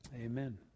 Amen